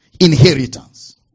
inheritance